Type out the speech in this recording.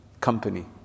company